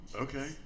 okay